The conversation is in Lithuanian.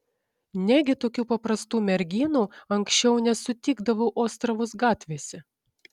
negi tokių paprastų merginų anksčiau nesutikdavau ostravos gatvėse